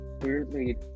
weirdly